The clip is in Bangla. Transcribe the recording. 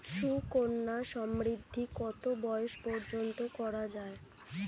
সুকন্যা সমৃদ্ধী কত বয়স পর্যন্ত করা যায়?